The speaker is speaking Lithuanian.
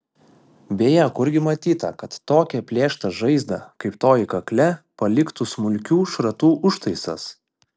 beje kurgi matyta kad tokią plėštą žaizdą kaip toji kakle paliktų smulkių šratų užtaisas